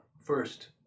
First